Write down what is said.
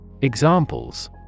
Examples